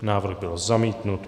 Návrh byl zamítnut.